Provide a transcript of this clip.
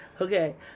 Okay